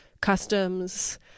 customs